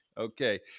Okay